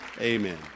Amen